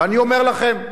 ואני אומר לכם,